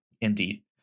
indeed